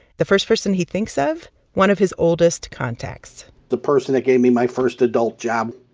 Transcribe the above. the first person he thinks of one of his oldest contacts the person that gave me my first adult job,